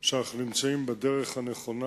שאנחנו נמצאים בדרך הנכונה.